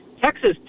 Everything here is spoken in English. Texas